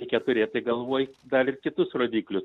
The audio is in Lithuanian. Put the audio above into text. reikia turėti galvoje dar ir kitus rodiklius